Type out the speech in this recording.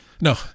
No